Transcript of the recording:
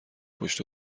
پشت